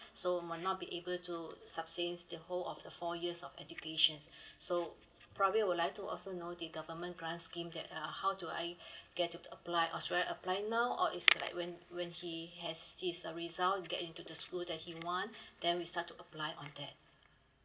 so might not be able to sustains the whole of the four years of educations so probably would like to also know the government grant scheme that uh how do I get to apply or should I apply now or it's like when when he has this uh result get into the school that he want then we start to apply on that